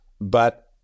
but-